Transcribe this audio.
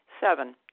Seven